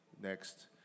next